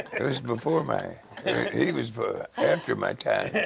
it was before my he was after my time.